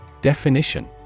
Definition